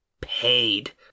paid